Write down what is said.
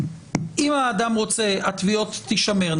אם האדם רוצה הטביעות תישמרנה.